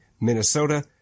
Minnesota